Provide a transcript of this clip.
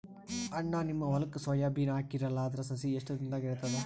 ಅಣ್ಣಾ, ನಿಮ್ಮ ಹೊಲಕ್ಕ ಸೋಯ ಬೀನ ಹಾಕೀರಲಾ, ಅದರ ಸಸಿ ಎಷ್ಟ ದಿಂದಾಗ ಏಳತದ?